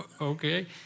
Okay